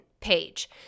page